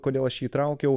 kodėl aš į įtraukiau